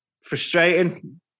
frustrating